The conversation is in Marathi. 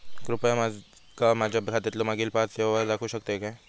कृपया माका माझ्या खात्यातलो मागील पाच यव्हहार दाखवु शकतय काय?